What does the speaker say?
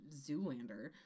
Zoolander